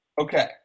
okay